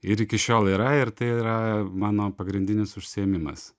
ir iki šiol yra ir tai yra mano pagrindinis užsiėmimas